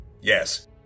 Yes